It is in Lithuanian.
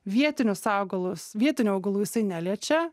vietinius augalus vietinių augalų jisai neliečia